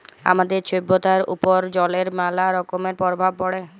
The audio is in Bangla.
আমাদের ছভ্যতার উপর জলের ম্যালা রকমের পরভাব পড়ে